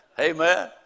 Amen